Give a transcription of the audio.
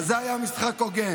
אז זה היה משחק הוגן.